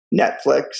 Netflix